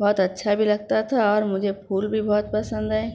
بہت اچھا بھی لگتا تھا اور مجھے پھول بھی بہت پسند ہیں